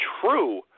true